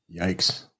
Yikes